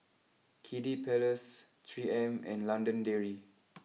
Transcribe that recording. Kiddy Palace three M and London Dairy